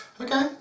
Okay